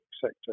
sector